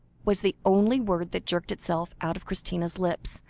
was the only word that jerked itself out of christina's lips,